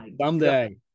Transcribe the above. Someday